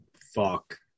fuck